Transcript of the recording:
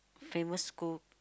famous school